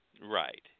Right